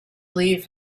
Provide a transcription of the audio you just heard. leave